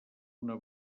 una